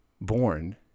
born